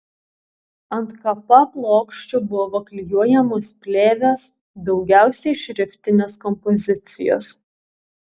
ant kapa plokščių buvo klijuojamos plėvės daugiausiai šriftinės kompozicijos